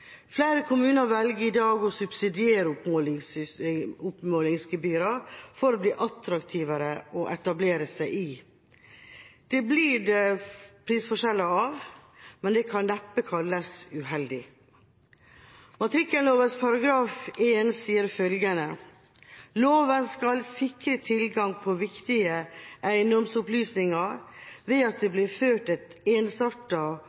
Flere kommuner velger i dag å subsidiere oppmålingsgebyrene for å bli mer attraktive å etablere seg i. Det blir det prisforskjeller av, men det kan neppe kalles uheldig. Matrikkelloven § 1 sier følgende: «Lova skal sikre tilgang til viktige eigedomsopplysningar, ved at det